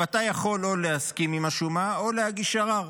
אתה יכול לא להסכים עם השומה או להגיש ערר.